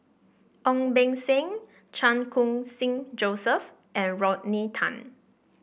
Ong Beng Seng Chan Khun Sing Joseph and Rodney Tan